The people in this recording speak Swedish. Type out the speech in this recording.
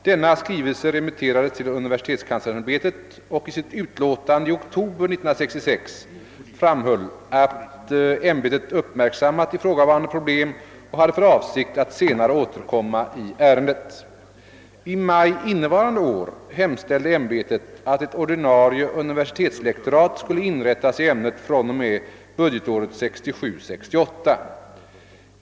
Denna skrivelse remitterades till universitetskanslersämbetet, som i sitt utlåtande i oktober 1966 framhöll att ämbetet uppmärksammat ifrågavarande problem och hade för avsikt att senare återkomma i ärendet. rat skulle inrättas i ämnet fr.o.m. budgetåret 1967/68.